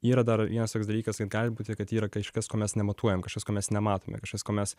yra dar vienas toks dalykas kaip gali būti kad yra kažkas ko mes nematuojam kažkas ko mes nematome kažkas ko mes